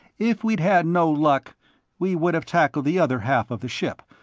if we'd had no luck we would have tackled the other half of the ship,